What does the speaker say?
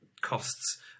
costs